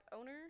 owner